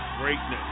greatness